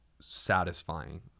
satisfying